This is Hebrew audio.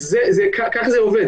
כך זה עובד.